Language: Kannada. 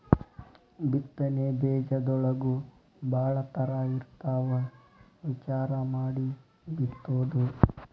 ಬಿತ್ತನೆ ಬೇಜದೊಳಗೂ ಭಾಳ ತರಾ ಇರ್ತಾವ ವಿಚಾರಾ ಮಾಡಿ ಬಿತ್ತುದು